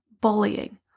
bullying